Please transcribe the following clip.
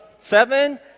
seven